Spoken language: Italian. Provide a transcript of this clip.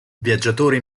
viaggiatore